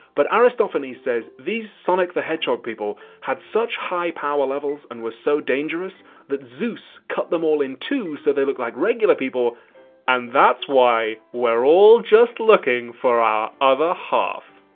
but aristophanes says these sonic the hedgehog people had such high power levels and were so dangerous that zeus cut them all in two so they look like regular people and that's why we're all just looking for our other half!